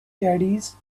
caddies